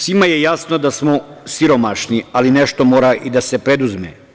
Svima je jasno da smo siromašni, ali nešto mora i da se preduzme.